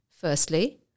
Firstly